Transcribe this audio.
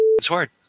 sword